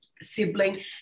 sibling